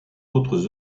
autres